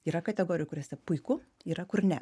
yra kategorijų kuriuose puiku yra kur ne